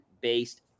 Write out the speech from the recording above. based